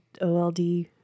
old